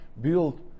build